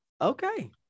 okay